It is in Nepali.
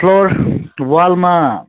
फ्लोर वालमा